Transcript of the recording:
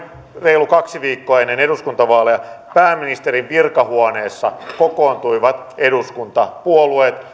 reilu kaksi viikkoa ennen eduskuntavaaleja pääministerin virkahuoneessa kokoontuivat eduskuntapuolueet